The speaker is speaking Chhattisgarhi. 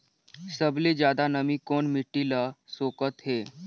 सबले ज्यादा नमी कोन मिट्टी ल सोखत हे?